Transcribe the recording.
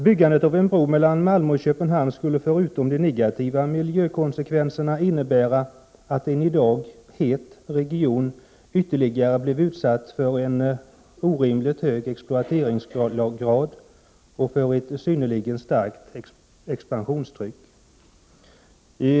30 november 1988 negativa miljökonsekvenserna innebära att en i dag het region blev utsatt för en ytterligare och orimligt hög exploatering och för ett synnerligen starkt expansionstryck.